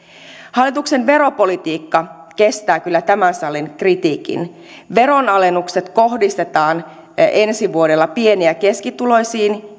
hallituksen veropolitiikka kestää kyllä tämän salin kritiikin veronalennukset kohdistetaan ensi vuodella pieni ja keskituloisiin